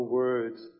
words